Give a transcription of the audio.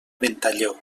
ventalló